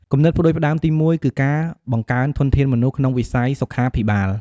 គំនិតផ្តួចផ្តើមទីមួយគឺការបង្កើនធនធានមនុស្សក្នុងវិស័យសុខាភិបាល។